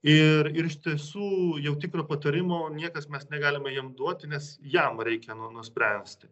ir ir iš tiesų jau tikro patarimo niekas mes negalime jam duoti nes jam reikia nu nuspręsti